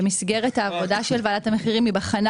במסגרת העבודה של ועדת המחירים היא בחנה